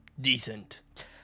decent